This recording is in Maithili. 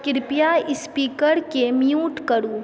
कृपया एस्पीकरके म्यूट करू